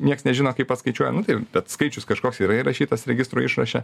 nieks nežino kaip paskaičiuoja nu tai bet skaičius kažkoks yra įrašytas registro išraše